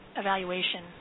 evaluation